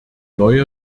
neue